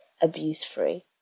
abuse-free